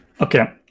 Okay